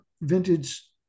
vintage